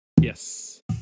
Yes